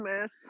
mess